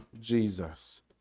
Jesus